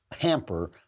hamper